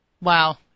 Wow